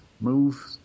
move